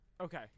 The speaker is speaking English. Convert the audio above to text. Okay